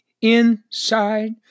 inside